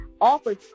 offers